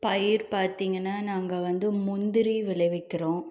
பயிர் பார்த்தீங்கன்னா நாங்கள் வந்து முந்திரி விளைவிக்கிறோம்